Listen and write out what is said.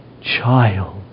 child